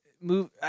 Move